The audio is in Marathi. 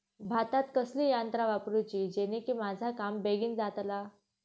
भातात कसली यांत्रा वापरुची जेनेकी माझा काम बेगीन जातला?